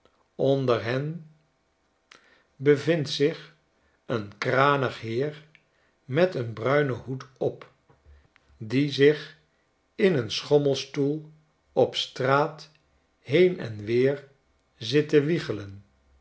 onder hen bevindt zich een kranig heer met een bruinen hoed op die zich in een schommelstoel op straat heen en weer zit